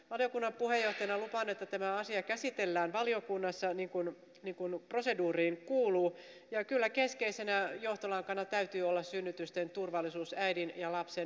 valiokunnan puheenjohtaja on luvannut että tämä asia käsitellään valiokunnassa niin kuin proseduuriin kuuluu ja kyllä keskeisenä johtolankana täytyy olla synnytysten turvallisuus äidin ja lapsen turvallisuus